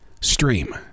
stream